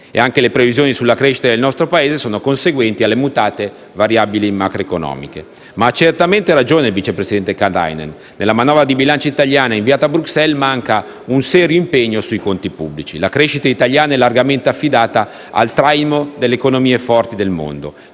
Anche le previsioni sulla crescita del nostro Paese sono conseguenti alle mutate variabili macroeconomiche. Ma ha certamente ragione il vice presidente Katainen: nelle manovre di bilancio italiane inviate a Bruxelles manca un serio impegno sui conti pubblici. La crescita italiana è largamente affidata al traino delle economie forti del mondo.